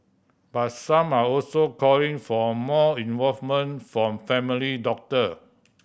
but some are also calling for more involvement from family doctor